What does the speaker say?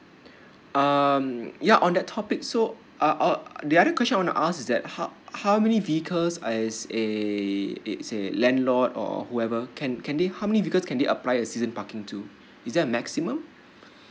um ya on that topic so uh uh the other question I wanna ask is that how how many vehicles is a let's say landlord or whoever can can they how many vehicles can they apply a season parking to is there a maximum